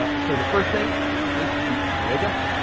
ah so the first thing was, you wake up,